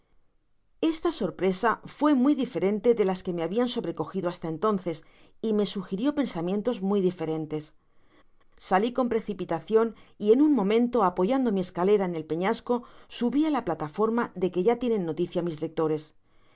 esta sorpresa fué muy diferente de las que me habian sobrecogido hasta entonces y me sugirio pensamientos muy diferentes sali con precipitacion y en un momento apoyando mi escalera en el peñasco subi á la plataforma de que ya tienen noticia mis lectores